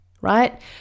right